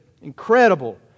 incredible